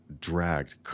dragged